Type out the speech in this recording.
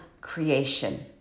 creation